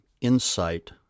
insight